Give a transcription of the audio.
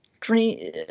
dream